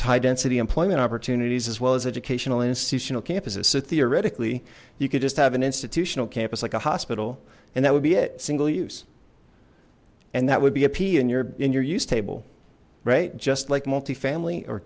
high density employment opportunities as well as educational institutional campuses so theoretically you could just have an institutional campus like a hospital and that would be it single use and that would be a p in your in your use table right just like multifamily or